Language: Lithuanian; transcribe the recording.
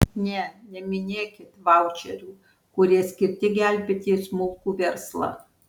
ne neminėkit vaučerių kurie skirti gelbėti smulkų verslą